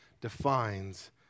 defines